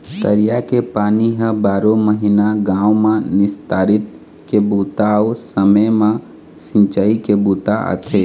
तरिया के पानी ह बारो महिना गाँव म निस्तारी के बूता अउ समे म सिंचई के बूता आथे